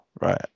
right